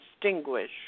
distinguish